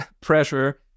pressure